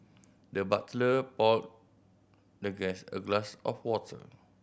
the butler poured the guest a glass of water